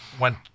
went